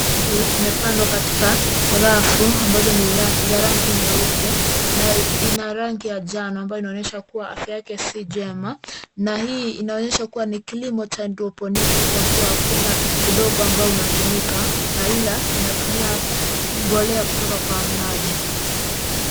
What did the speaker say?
Mimea hii imepandwa katika rafu ambazo ni za rangi nyeupe na ina rangi ya njana ambayo inaonyesha kuwa afya yake si njema. Na hii inaonyesha kuwa ni kilimo cha haidroponiki kwa kuwa hakuna udongo ambao unatumika na ila inatumia mbolea kutoka kwa maji.